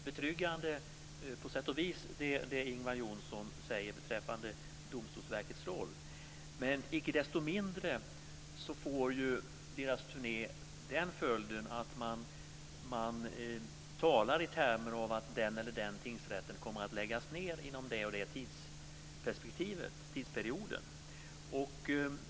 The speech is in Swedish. Fru talman! Jag tycker att det som Ingvar Johnsson säger beträffande Domstolsverkets roll på sätt och vis låter betryggande. Icke desto mindre får den här turnén den följden att man talar i termer av att vissa tingsrätter kommer att läggas ned inom en viss tidsperiod.